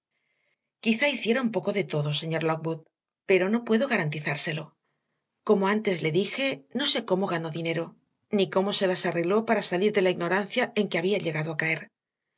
quizá hiciera un poco de todo señor lockwood pero no puedo garantizárselo como antes le dije no sé cómo ganó dinero ni cómo se las arregló para salir de la ignorancia en que había llegado a caer